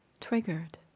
triggered